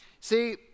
See